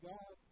God